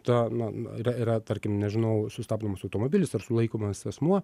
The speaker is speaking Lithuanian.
ta na na yra yra tarkim nežinau sustabdomas automobilis ar sulaikomas asmuo